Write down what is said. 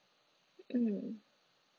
mm